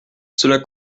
cela